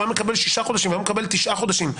הוא היה מקבל שישה חודשים והיום הוא מקבל תשעה חודשים,